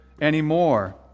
anymore